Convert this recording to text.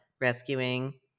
rescuing